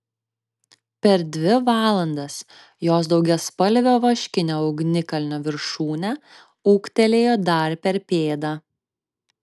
per dvi valandas jos daugiaspalvio vaškinio ugnikalnio viršūnė ūgtelėjo dar per pėdą